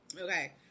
Okay